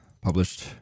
published